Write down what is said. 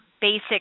basic